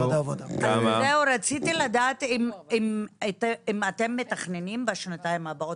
רציתי לדעת אם אתם מתכננים בשנתיים הבאות